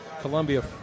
Columbia